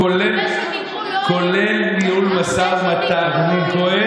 כולל ניהול משא ומתן.